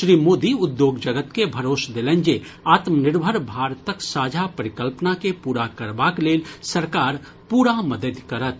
श्री मोदी उद्योग जगत के भरोस देलनि जे आत्मनिर्भर भारतक साझा परिकल्पना के पूरा करबाक लेल सरकार पूरा मददि करत